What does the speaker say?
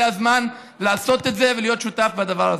זה הזמן לעשות את זה ולהיות שותף לדבר הזה.